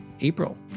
April